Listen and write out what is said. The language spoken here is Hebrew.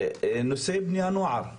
נושא בני הנוער,